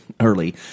early